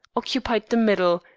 occupied the middle,